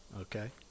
Okay